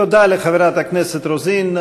תודה לחברת הכנסת רוזין.